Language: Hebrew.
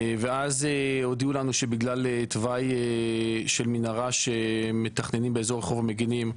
ואז הודיעו לנו שבגלל תוואי של מנהרה שמתכננים באזור רחוב המגינים,